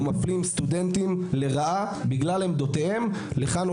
או מפלים סטודנטים לרעה בגלל עמדותיהם לכאן,